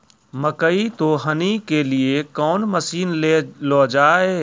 मकई तो हनी के लिए कौन मसीन ले लो जाए?